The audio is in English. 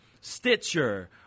Stitcher